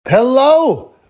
Hello